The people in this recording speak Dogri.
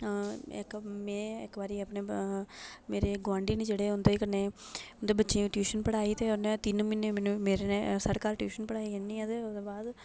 में इक बारी अपने मेरे गोआंढी न जेह्ड़े उं'दे कन्नै उं'दे बच्चें ई ट्यूशन पढ़ाई ते उ'नें तिन्न म्हीने मिनु मेरे नै साढ़े घर ट्यूशन पढ़ाई उ'नें ते ओह्दे बाद